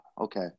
okay